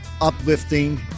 uplifting